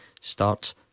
Starts